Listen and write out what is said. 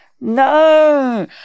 No